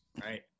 right